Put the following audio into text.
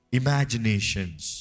imaginations